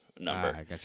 number